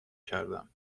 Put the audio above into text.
کردم